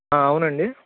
అవునండి